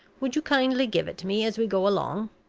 would you kindly give it me as we go along?